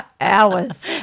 hours